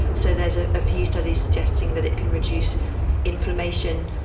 so there's a few studies suggesting that it can reduce inflammation,